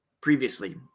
previously